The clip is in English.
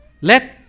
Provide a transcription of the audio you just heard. Let